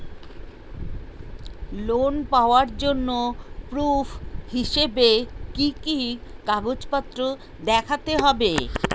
Loan পাওয়ার জন্য proof হিসেবে কি কি কাগজপত্র দেখাতে হবে?